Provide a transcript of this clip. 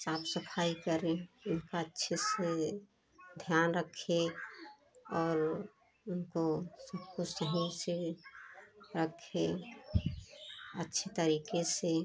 साफ सफाई करें उनका अच्छे से ध्यान रखें और उनको सबको सही से रखें अच्छे तरीके से